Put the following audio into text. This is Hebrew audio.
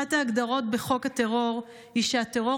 אחת ההגדרות בחוק הטרור היא שהטרור